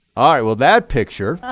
ah right, well, that picture